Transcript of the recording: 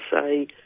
say